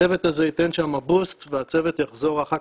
הצוות הזה ייתן שם בוסט והצוות יחזור אחר